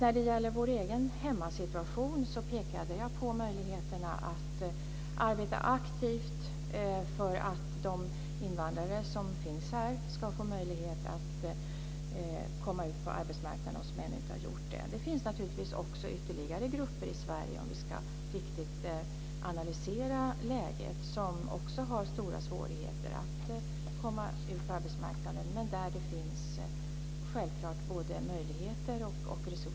När det gäller vår egen hemmasituation pekade jag på möjligheten att arbeta aktivt för att de invandrare som ännu inte har kommit ut på arbetsmarknaden ska få möjlighet att göra det. Det finns naturligtvis ytterligare grupper i Sverige, om vi riktigt ska analysera läget, som har stora svårigheter att komma ut på arbetsmarknaden men där det självklart finns både möjligheter och resurser.